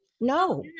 No